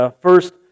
first